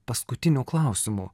paskutiniu klausimu